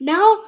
Now